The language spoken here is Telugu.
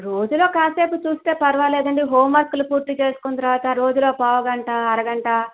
రోజులో కాసేపు చూస్తే పరవాలేదండి హోంవర్కులు పూర్తి చేసుకున్న తరువాత రోజులో పావుగంట అరగంట